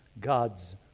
God's